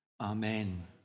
amen